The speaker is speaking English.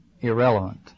irrelevant